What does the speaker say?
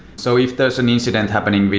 so if there's an incident happening with,